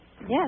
Yes